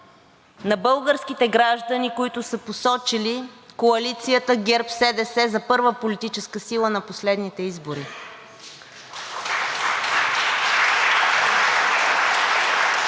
на българските граждани, които са посочили Коалицията ГЕРБ-СДС за първа политическа сила на последните избори.